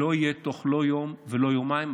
לא יהיה בתוך יום ולא בתוך יומיים,